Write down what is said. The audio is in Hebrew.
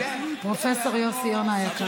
פרופ' יוסי יונה היקר.